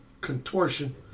contortion